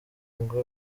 ngo